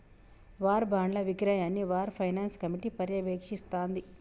war బాండ్ల విక్రయాన్ని war finance committee పర్యవేక్షిస్తాంది